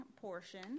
portion